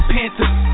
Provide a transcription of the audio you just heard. Panthers